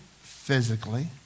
physically